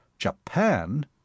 Japan